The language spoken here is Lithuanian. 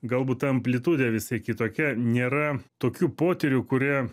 galbūt ta amplitudė visai kitokia nėra tokių potyrių kurie